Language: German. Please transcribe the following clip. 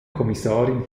kommissarin